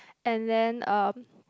and then uh